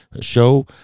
show